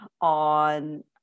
on